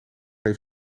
even